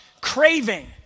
craving